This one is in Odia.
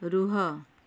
ରୁହ